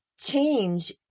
change